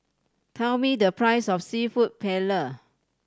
tell me the price of Seafood Paella